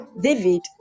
David